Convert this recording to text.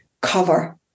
cover